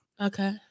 okay